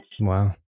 Wow